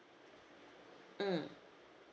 mm